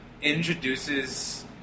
introduces